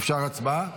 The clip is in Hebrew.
אפשר הצבעה?